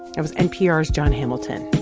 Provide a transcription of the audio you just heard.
and was npr's jon hamilton